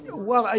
well,